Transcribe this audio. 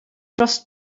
dros